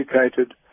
educated